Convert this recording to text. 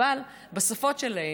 אבל בשפות שלהן,